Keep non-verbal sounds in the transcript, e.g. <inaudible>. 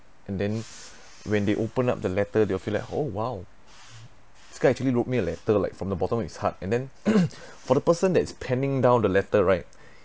and then when they open up the letter they will feel like oh !wow! this guy actually wrote me a letter like from the bottom of his heart and then <laughs> for the person that is penning down the letter right